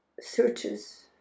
searches